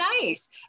nice